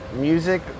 music